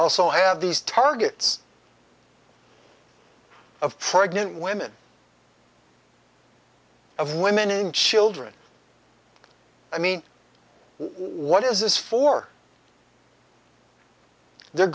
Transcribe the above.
also have these targets of pregnant women of women and children i mean what is this for they're